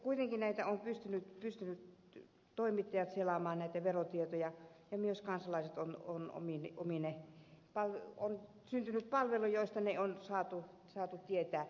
kuitenkin toimittajat ovat pystyneet selaamaan näitä verotietoja ja on myös syntynyt palveluja joista ne on saatu tietää